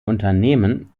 unternehmen